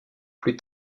plus